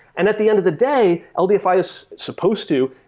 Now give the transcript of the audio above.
and at the end of the day, ldfi is supposed to,